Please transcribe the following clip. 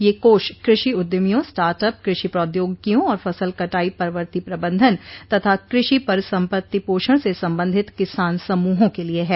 ये कोष कृषि उद्यमियों स्टार्ट अप कृषि प्रौद्योगिकियों और फसल कटाई परवर्ती प्रबंधन तथा कृषि परिसम्पत्ति पोषण से संबंधित किसान समूहों के लिए हैं